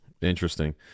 Interesting